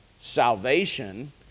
salvation